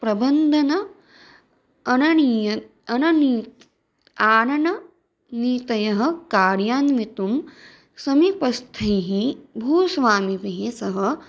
प्रबन्धनम् आनीय अननी त् आननं नीतयः कार्ये अन्वेतुं समीपस्थैः भूस्वामिभिः सह